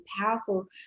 powerful